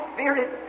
Spirit